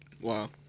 Wow